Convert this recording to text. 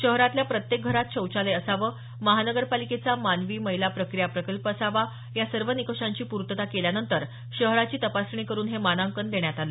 शहरातल्या प्रत्येक घरात शौचालय असावं महानगरपालिकेचा मानवी मैला प्रक्रिया प्रकल्प असावा या सर्व निकषांची पूर्तता केल्यानंतर शहराची तपासणी करून हे मानांकन देण्यात आलं